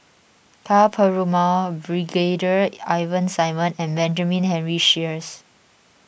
Ka Perumal Brigadier Ivan Simson and Benjamin Henry Sheares